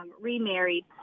remarried